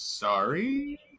Sorry